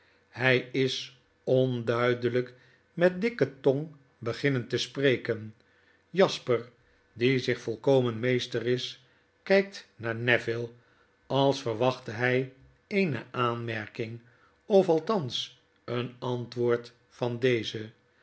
hij is onduidelgk met dikke tong beginnen te spreken jasper die zich volkomen meester is kgkt naar neville als verwachtte hg eene aanmerking of althans een antwoord van dezen